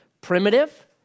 primitive